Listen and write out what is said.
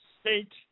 state